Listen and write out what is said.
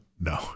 No